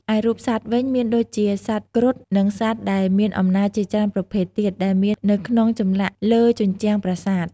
រីឯរូបសត្វវិញ មានដូចជាសត្វគ្រុត និងសត្វដែលមានអំណោចជាច្រើនប្រភេទទៀត ដែលមាននៅនៅក្នុងចម្លាក់លើជញ្ជាំងប្រាសាទ។